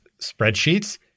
spreadsheets